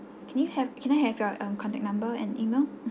can you have can I have your um contact number and email